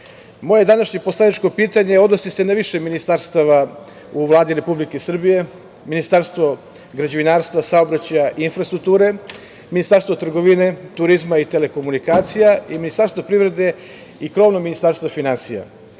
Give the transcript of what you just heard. današnje poslaničko pitanje odnosi se na više ministarstava u Vladi Republike Srbije - Ministarstvo građevinarstva, saobraćaja i infrastrukture, Ministarstvo trgovine, turizma i telekomunikacija, Ministarstvo privrede i krovno Ministarstvo finansija. Svedoci